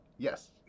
Yes